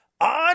on